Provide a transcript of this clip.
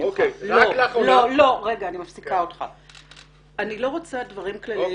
אני לא רוצה דברים כלליים.